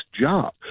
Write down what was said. job